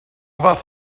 fath